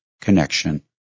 connection